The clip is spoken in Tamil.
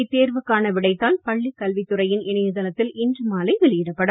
இத்தேர்வுக்கான விடைத்தாள் பள்ளிக் கல்வித் துறையின் இணைய தளத்தில் இன்று மாலை வெளியிடப்படும்